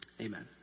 Amen